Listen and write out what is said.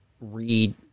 read